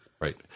Right